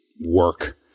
work